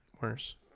Worse